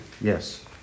Yes